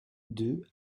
deux